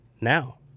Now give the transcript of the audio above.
now